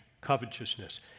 covetousness